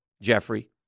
Jeffrey